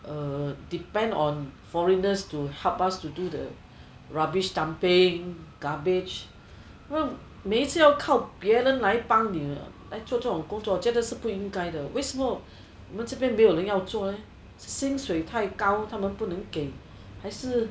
uh depend on foreigners to help us do the rubbish dumping garbage 每次要靠别人来帮你来做这种工作我觉得是不应该的为什么我们这里没人要做 leh 是薪水太高他们不要给还是